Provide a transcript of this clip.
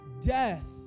death